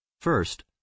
First